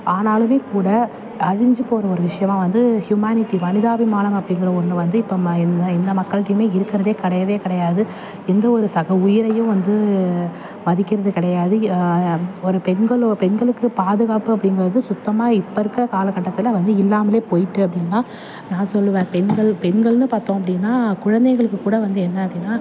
ஆனாலும் கூட அழிஞ்சி போகிற ஒரு விஷியமாக வந்து ஹியுமேனிட்டி மனிதாபிமானம் அப்படிங்கிற ஒன்று வந்து இப்போ மை இந்த எந்த மக்கள்கிட்டையுமே இருக்கிறதே கிடையவே கிடையாது எந்த ஒரு சக உயிரையும் வந்து மதிக்கிறது கிடையாது ய ஒரு பெண்களோ பெண்களுக்கு பாதுகாப்பு அப்படிங்கிறது சுத்தமாக இப்போ இருக்கிற காலகட்டத்தில் வந்து இல்லாமல் போயிட்டு அப்படின்னு தான் நான் சொல்லுவேன் பெண்கள் பெண்கள்னு பார்த்தோம் அப்படின்னா குழந்தைகளுக்கு கூட வந்து என்ன அப்படின்னா